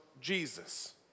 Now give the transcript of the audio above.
Jesus